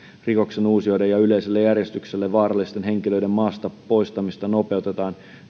uusijoiden ja yleiselle järjestykselle vaarallisten henkilöiden maasta poistamista nopeutetaan